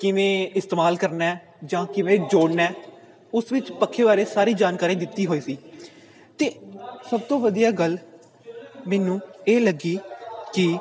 ਕਿਵੇਂ ਇਸਤੇਮਾਲ ਕਰਨਾ ਜਾਂ ਕਿਵੇਂ ਜੋੜਨਾ ਉਸ ਵਿੱਚ ਪੱਖੇ ਬਾਰੇ ਸਾਰੀ ਜਾਣਕਾਰੀ ਦਿੱਤੀ ਹੋਈ ਸੀ ਅਤੇ ਸਭ ਤੋਂ ਵਧੀਆ ਗੱਲ ਮੈਨੂੰ ਇਹ ਲੱਗੀ ਕਿ